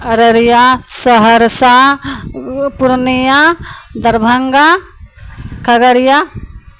Araria Saharsa Purnia Darbhanga Khagaria